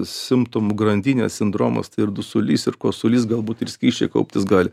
simptomų grandinė sindromas tai ir dusulys ir kosulys galbūt ir skysčiai kauptis gali